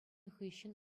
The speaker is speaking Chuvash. хыҫҫӑн